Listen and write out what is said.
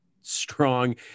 strong